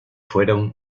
fueron